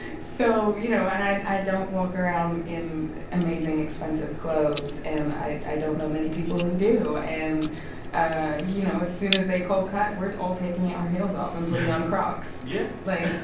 so you know and i and i don't walk around in amazing, expensive clothes. and i i don't know many people who do. and ah you know, as soon as they call cut, we're all taking our heels off and putting on crocs yeah like